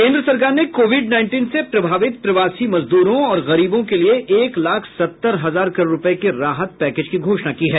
केंद्र सरकार ने कोविड नाईनटीन से प्रभावित प्रवासी मजदूरों और गरीबों के लिए एक लाख सत्तर हजार करोड़ रूपये के राहत पैकेज की घोषणा की है